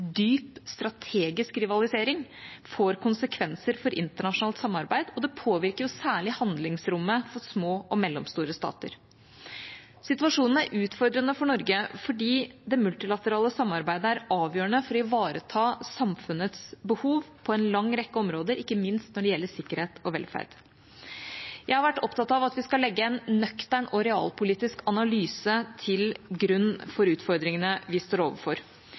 dyp, strategisk rivalisering – får konsekvenser for internasjonalt samarbeid, og det påvirker særlig handlingsrommet til små og mellomstore stater. Situasjonen er utfordrende for Norge fordi det multilaterale samarbeidet er avgjørende for å ivareta samfunnets behov på en lang rekke områder, ikke minst når det gjelder sikkerhet og velferd. Jeg har vært opptatt av at vi skal legge en nøktern og realpolitisk analyse til grunn for utfordringene vi står overfor.